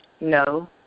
no